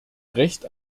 recht